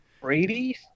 Brady